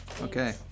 Okay